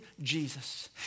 Jesus